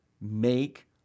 make